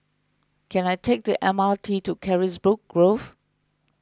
can I take the M R T to Carisbrooke Grove